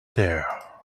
there